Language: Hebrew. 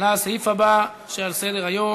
לסעיף הבא בסדר-היום,